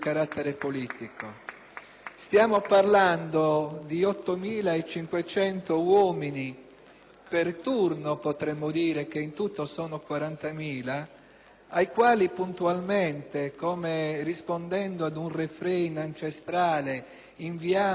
Stiamo parlando di 8.500 uomini per turno (potremmo dire che in tutto sono 40.000) ai quali puntualmente, come rispondendo ad un *refrain* ancestrale, inviamo saluti e baci